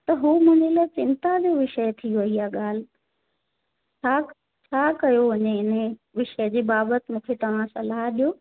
त हुओ मुंहिंजे लाइ चिंता जो विषय थी वई आहे ॻाल्हि छाक छा कयो वञे हिन जे विषय जे बाबति मूंखे तव्हां सलाह ॾियो